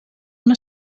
una